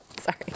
Sorry